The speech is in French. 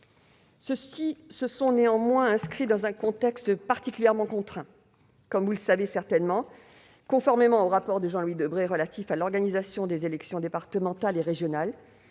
Ceux-ci se sont néanmoins inscrits dans un contexte particulièrement contraint. Comme vous le savez certainement, conformément au rapport de Jean-Louis Debré relatif à l'organisation des élections départementales et régionales,